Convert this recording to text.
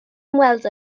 ymweld